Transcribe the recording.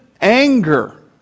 anger